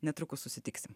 netrukus susitiksim